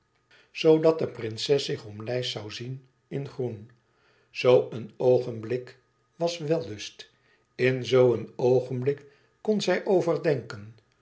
de prinses zich omlijst zoû zien in groen zoo een oogenblik was wellust in zoo een oogenblik kon zij overdenken